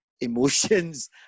emotions